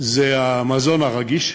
זה המזון הרגיש,